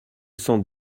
cent